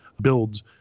builds